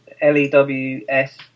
L-E-W-S